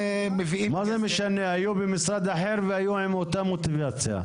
מה זה משנה, היו ממשרד אחר והיו עם אותה מוטיבציה.